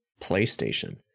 PlayStation